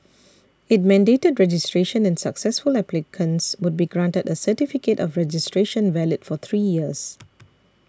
it mandated registration and successful applicants would be granted a certificate of registration valid for three years